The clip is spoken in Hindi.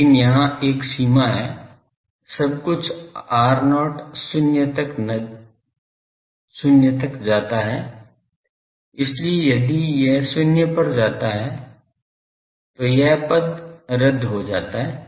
लेकिन यहां एक सीमा है सब कुछ r0 शुन्य तक जाता है इसलिए यदि यह 0 पर जाता है तो यह पद रद्द हो जाता है